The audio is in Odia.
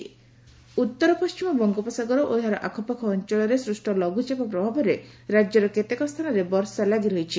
ପାଣିପାଗ ଉତ୍ତର ପଣ୍ଟିମ ବଙ୍ଗୋପସାଗର ଓ ଏହାର ଆଖପାଖ ଅଅଳରେ ସୃଷ୍ ଲଘ୍ରଚାପ ପ୍ରଭାବରେ ରାକ୍ୟର କେତେକ ସ୍ରାନରେ ବର୍ଷା ଲାଗିରହିଛି